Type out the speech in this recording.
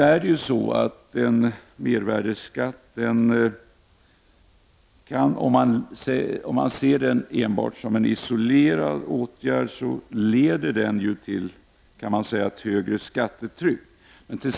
Om man ser på mervärdeskatten enbart som en isolerad åtgärd, kan man säga att den leder till ett högre skattetryck.